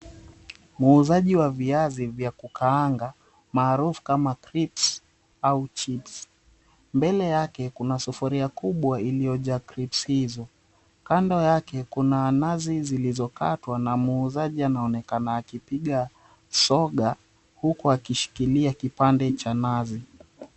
Muuzaji wa viazi vya kukaanga maarufu kama crisps au chips . Mbele yake kuna sufuria kubwa iliyojaa crips hizo. Kando yake kuna nazi zilizokatwa na muuzaji anaonekana akipiga soga huku akishikilia kipande cha nazi.